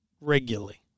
regularly